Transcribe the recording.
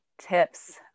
Tips